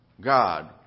God